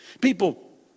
People